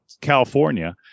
California